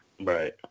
right